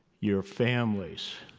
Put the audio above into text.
your families,